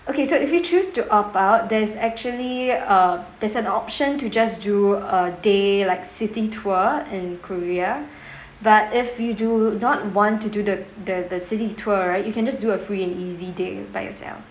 okay so if you choose to opt out there's actually a there's an option to just do a day like city tour in korea but if you do not want to do the the the city tour right you can just do a free and easy day by yourself